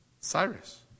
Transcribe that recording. Cyrus